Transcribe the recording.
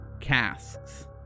casks